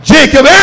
Jacob